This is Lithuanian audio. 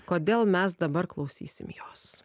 kodėl mes dabar klausysim jos